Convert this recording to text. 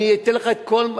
אני אתן לך כל,